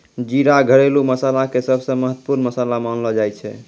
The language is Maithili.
जीरा घरेलू मसाला के सबसॅ महत्वपूर्ण मसाला मानलो जाय छै